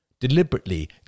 deliberately